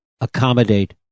accommodate